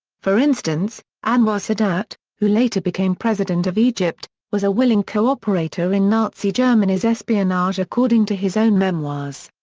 for instance, anwar sadat, who later became president of egypt, was a willing co-operator in nazi germany's espionage according to his own memoirs.